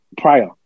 prior